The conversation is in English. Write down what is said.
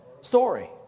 story